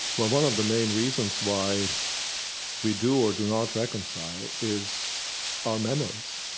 well, one of the main reasons why we do or do not reconcile is our memories.